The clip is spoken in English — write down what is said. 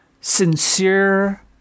sincere